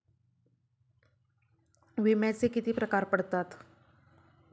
विम्याचे किती प्रकार पडतात?